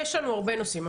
יש לנו הרבה נושאים.